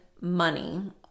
money